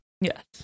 Yes